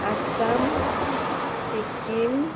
Assam Sikkim